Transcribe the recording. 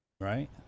Right